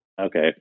okay